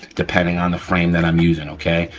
depending on the frame that i'm using, okay?